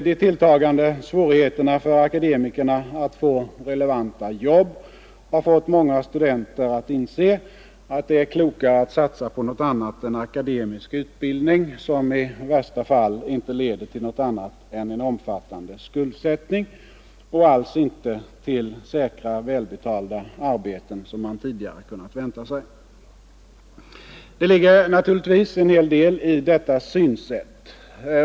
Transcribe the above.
De tilltagande svårigheterna för akademikerna att få relevanta jobb har fått många studenter att inse att det är klokare att satsa på något annat än akademisk utbildning, som i värsta fall inte leder till något annat än en omfattande skuldsättning och alltså inte till säkra, välbetalda arbeten, som man tidigare kunde vänta sig. Det ligger naturligtvis en hel del i detta synsätt.